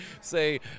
say